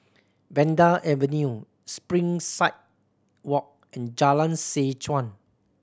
Vanda Avenue Springside Walk and Jalan Seh Chuan